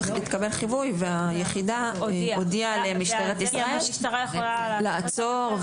התקבל חיווי והיחידה הודיעה למשטרת ישראל לעצור,